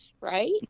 right